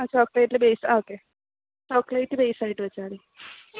ആ chocolate base okay chocolate ബേസായിട്ട് വെച്ചാൽ മതി